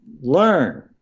Learn